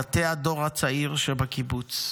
בבתי הדור הצעיר שבקיבוץ.